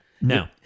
No